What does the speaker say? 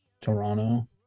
toronto